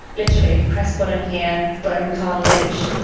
literally press button here, bone cartilage,